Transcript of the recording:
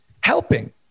helping